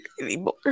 anymore